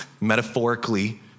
metaphorically